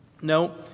No